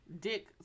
Dick